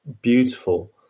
beautiful